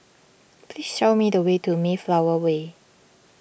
please show me the way to Mayflower Way